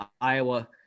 Iowa